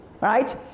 right